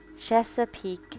Chesapeake